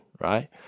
right